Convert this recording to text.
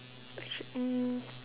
actually um